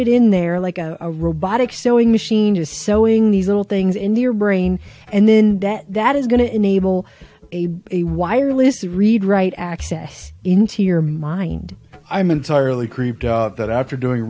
it in there like a robotic sewing machine is sewing these little things in your brain and then that that is going to enable a wireless read write access into your mind i'm entirely creeped out that after doing